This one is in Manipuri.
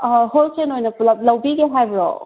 ꯍꯣꯜꯁꯦꯜ ꯑꯣꯏꯅ ꯄꯨꯂꯞ ꯂꯧꯕꯤꯒꯦ ꯍꯥꯏꯕ꯭ꯔꯣ